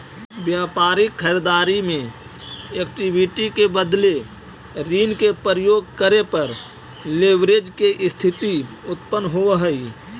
व्यापारिक खरीददारी में इक्विटी के बदले ऋण के प्रयोग करे पर लेवरेज के स्थिति उत्पन्न होवऽ हई